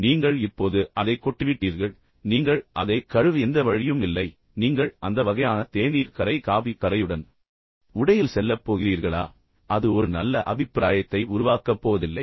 எனவே நீங்கள் இப்போது அதைக் கொட்டிவிட்டீர்கள் நீங்கள் அதை கழுவ எந்த வழியும் இல்லை பின்னர் நீங்கள் அந்த வகையான தேநீர் கரை காபி கரை உடையில் செல்லப்போகிறீர்களா அது ஒரு நல்ல அபிப்பிராயத்தை உருவாக்கப் போவதில்லை